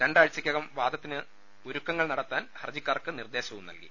രണ്ടാഴ്ച ക്കകം വാദത്തിന് ഒരുക്കങ്ങൾ നടത്താൻ ഹർജിക്കാർക്ക് നിർദേ ശവും നൽകി